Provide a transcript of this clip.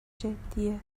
جدیه